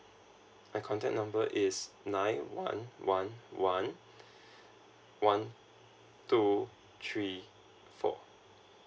my contact number is nine one one one one two three four